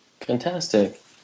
Fantastic